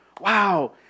Wow